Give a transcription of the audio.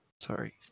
Sorry